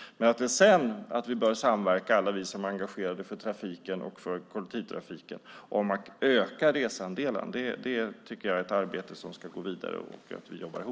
Jag tycker att vi som är engagerade i kollektivtrafiken bör samverka för att arbetet med att öka resandelen ska gå vidare.